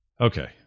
Okay